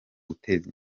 guteza